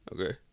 Okay